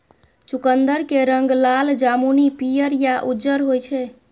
चुकंदर के रंग लाल, जामुनी, पीयर या उज्जर होइ छै